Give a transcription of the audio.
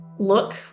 look